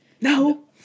no